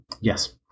yes